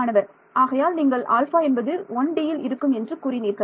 மாணவர் ஆகையால் நீங்கள் ஆல்பா என்பது 1Dயில் இருக்கும் என்று கூறினீர்கள்